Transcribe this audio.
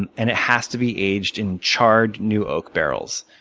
and and it has to be aged in charred, new, oak barrels.